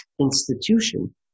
institution